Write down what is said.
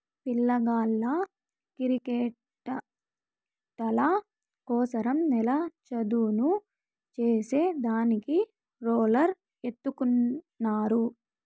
పిల్లగాళ్ళ కిరికెట్టాటల కోసరం నేల చదును చేసే దానికి రోలర్ ఎత్తుకున్నారు